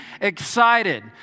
excited